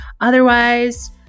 Otherwise